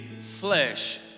flesh